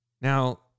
Now